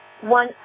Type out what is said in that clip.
one